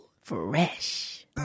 Fresh